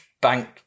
bank